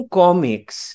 comics